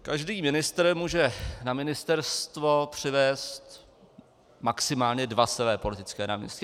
Každý ministr může na ministerstvo přivést maximálně dva své politické náměstky.